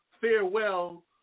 farewell